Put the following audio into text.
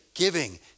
giving